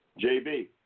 JB